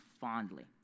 fondly